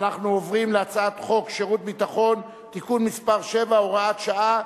אנחנו עוברים להצעת חוק שירות ביטחון (תיקון מס' 7 הוראת שעה)